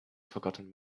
forgotten